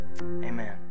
Amen